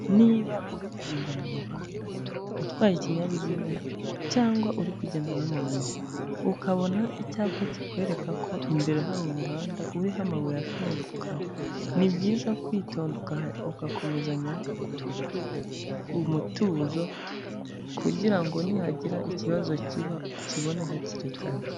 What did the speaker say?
Niba uri kugenda mu muhanda utwaye ikinyabiziga cyangwa uri kugenda n'amaguru, ukabona icyapa kikwereka ko imbere hari umuhanda uriho amabuye ashunguka, ni byiza kwitonda ugakomezanya umutuzo kugira ngo nihagira ikibazo kiba ukibone hakiri kare.